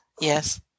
Yes